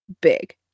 big